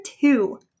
two